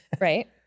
right